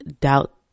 doubt